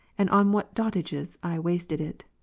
and on what dotages i wasted it.